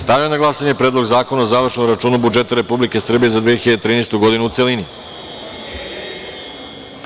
Stavljam na glasanje Predlog zakona o završnom računu budžeta Republike Srbije za 2013. godinu, u celini.